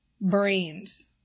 brains